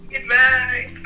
Goodbye